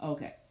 Okay